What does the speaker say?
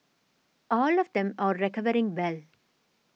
all of them are recovering well